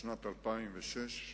משנת 2006,